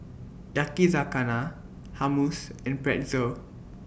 Yakizakana Hummus and Pretzel